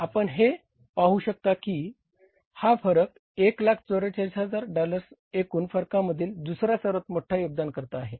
आपण हे पाहू शकता की हा फरक 144000 डॉलर्सच्या एकूण फरकांमधील दुसरा सर्वात मोठा योगदानकर्ता आहे